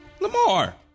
Lamar